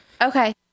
Okay